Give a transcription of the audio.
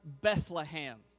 Bethlehem